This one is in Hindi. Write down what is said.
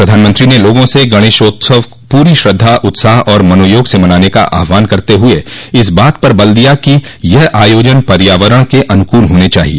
प्रधानमंत्री ने लोगों से गणेशोत्सव पूरी श्रद्धा उत्साह और मनोयोग से मनाने का आह्वान करते हुए इस बात पर जोर दिया कि यह आयोजन पर्यावरण के अनुकूल होने चाहिए